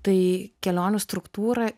tai kelionių struktūra